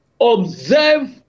observe